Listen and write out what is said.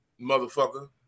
motherfucker